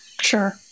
Sure